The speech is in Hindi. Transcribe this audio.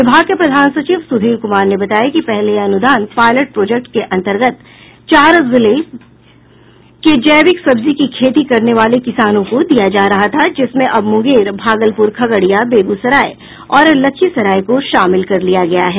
विभाग के प्रधान सचिव सुधीर कुमार ने बताया कि पहले यह अनुदान पायलट प्रोजेक्ट के अंतर्गत चार जिले के जैविक सब्जी की खेती करने वाले किसानों को दिया जा रहा था जिसमें अब मुंगेर भागलपुर खगड़िया बेगूसराय और लखीसराय को शामिल कर लिया गया है